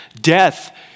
Death